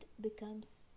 becomes